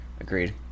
Agreed